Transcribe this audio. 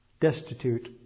Destitute